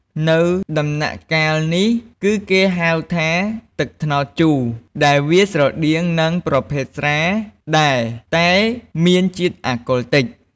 នៅដំណាក់កាលនេះ គឺគេហៅថា ទឹកត្នោតជូរដែលវាស្រដៀង នឹងប្រភេទស្រាដែលតែមានជាតិអាកុលតិច។